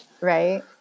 Right